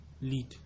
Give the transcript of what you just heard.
lead